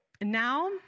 now